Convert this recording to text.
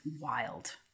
wild